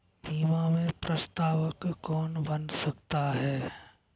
बीमा में प्रस्तावक कौन बन सकता है?